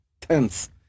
tense